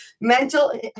mental